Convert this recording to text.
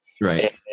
Right